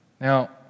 now